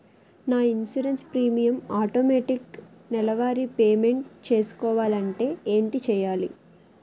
నా insurance premium automatic నెలవారి payment చేసుకోవాలంటే ఏంటి చేయాలి?